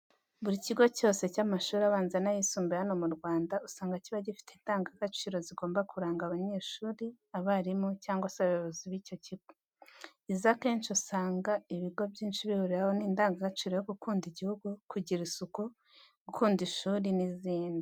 Buri kigo cyose cy'amashuri abanza n'ayisumbuye hano mu Rwanga usanga kiba gifite indangagaciro zigomba kuranga abanyeshuri, abarimu cyangwa se abayobozi b'icyo kigo. Izo akenshi usanga ibigo byinshi bihuriraho ni indangagaciro yo gukunda Igihugu, kugira isuku, gukunda ishuri n'izindi.